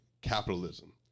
capitalism